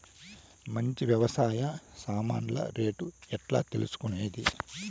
మంచి వ్యవసాయ సామాన్లు రేట్లు ఎట్లా తెలుసుకునేది?